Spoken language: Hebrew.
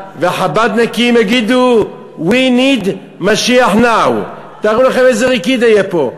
והחב"דניקים יגידו: We Need Moshiach Now. תארו לכם איזה רקידה יהיה פה.